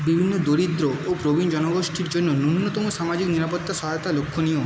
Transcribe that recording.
বিভিন্ন দরিদ্র ও প্রবীণ জনগোষ্ঠীর জন্য নুন্যতম সামাজিক নিরাপত্তা সহায়তা লক্ষণীয়